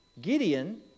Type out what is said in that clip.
Gideon